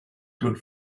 good